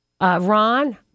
Ron